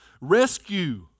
Rescue